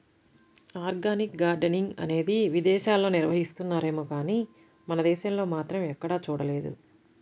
organic gardening అనేది విదేశాల్లో నిర్వహిస్తున్నారేమో గానీ మన దేశంలో మాత్రం ఎక్కడా చూడలేదు